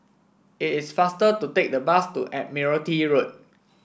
it is faster to take the bus to Admiralty Road